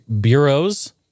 bureaus